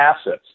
assets